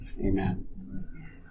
Amen